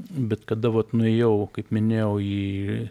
bet kada vat nuėjau kaip minėjau į